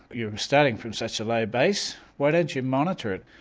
you're starting from such a low base, why don't you monitor it,